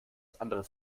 anderes